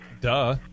Duh